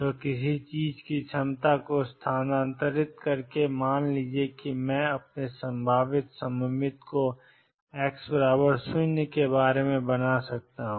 तो किसी चीज की क्षमता को स्थानांतरित करके मान लीजिए कि मैं अपने संभावित सममित को x 0 के बारे में बना सकता हूं